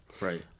Right